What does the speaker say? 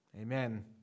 Amen